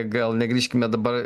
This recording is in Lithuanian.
gal negrįžkime dabar